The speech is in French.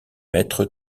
maître